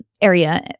area